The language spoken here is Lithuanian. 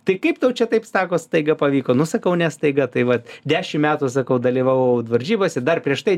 tai kaip tau čia taip sako staiga pavyko nu sakau ne staiga tai vat dešim metų sakau dalyvavau varžybose dar prieš tai